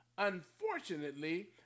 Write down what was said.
Unfortunately